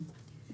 נקרא